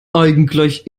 eigentlich